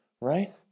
Right